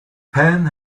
pan